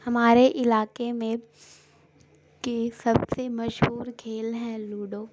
ہمارے علاقے میں کے سب سے مشہور کھیل ہیں لوڈو